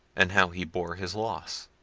and how he bore his loss.